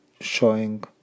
showing